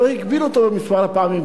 לא הגביל אותו במספר הפעמים,